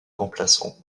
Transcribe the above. remplaçant